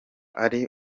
ari